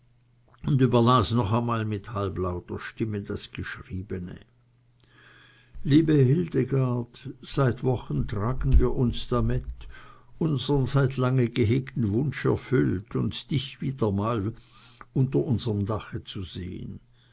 und überlas noch einmal mit halblauter stimme das geschriebene liebe hildegard seit wochen tragen wir uns damit unsren seit lange gehegten wunsch erfüllt und dich mal wieder unter unsrem dache zu sehen